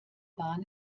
bahn